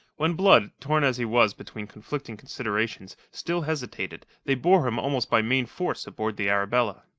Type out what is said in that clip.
when blood, torn as he was between conflicting considerations, still hesitated, they bore him almost by main force aboard the arabella.